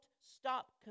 stop